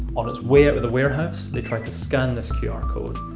on its way out of the warehouse they try to scan this qr code,